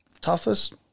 Toughest